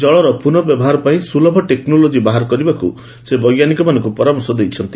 ଜଳର ପୁନଃ ବ୍ୟବହାର ପାଇଁ ସୁଲଭ ଟେକ୍ନୋଲୋଜି ବାହାର କରିବାକୁ ସେ ବୈଜ୍ଞାନିକମାନଙ୍କୁ ପରାମର୍ଶ ଦେଇଛନ୍ତି